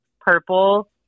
Purple